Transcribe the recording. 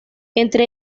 entre